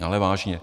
Ale vážně.